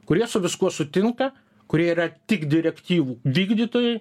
kurie su viskuo sutinka kurie yra tik direktyvų vykdytojai